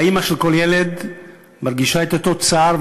האימא של כל ילד מרגישה את אותו צער,